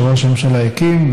שראש הממשלה הקים,